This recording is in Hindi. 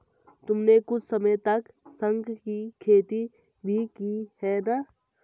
तुमने कुछ समय तक शंख की खेती भी की है ना?